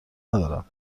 ندارم